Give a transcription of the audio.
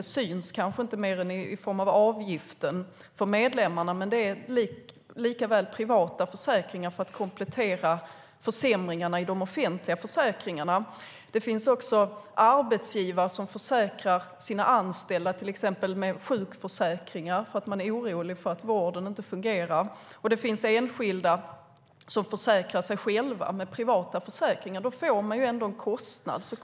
Det syns kanske inte mer än i form av avgiften för medlemmarna, men det är likväl privata försäkringar för att kompensera för försämringarna i de offentliga försäkringarna. Det finns också arbetsgivare som försäkrar sina anställda, till exempel med sjukförsäkringar eftersom de är oroliga för att vården inte fungerar. Det finns enskilda som försäkrar sig själva med privata försäkringar. Då får man ju ändå en kostnad.